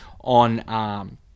on